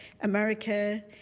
America